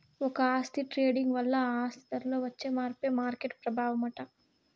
ఒక ఆస్తి ట్రేడింగ్ వల్ల ఆ ఆస్తి ధరలో వచ్చే మార్పే మార్కెట్ ప్రభావమట